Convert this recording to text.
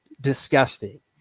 disgusting